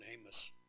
Amos